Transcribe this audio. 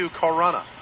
Corona